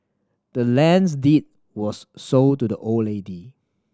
the land's deed was sold to the old lady